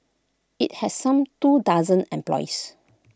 IT has some two dozen employees